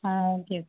ஆ okay